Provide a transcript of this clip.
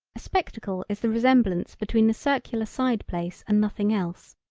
a spectacle is the resemblance between the circular side place and nothing else,